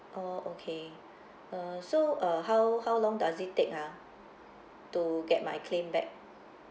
oh okay uh so uh how how long does it take ha to get my claim back